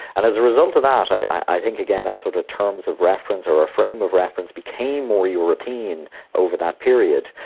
and as a result of that, i think again our sort of terms of reference, or a frame of reference, became more european over that period.